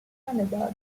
canada